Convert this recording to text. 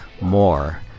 more